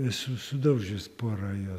esu sudaužęs porą jos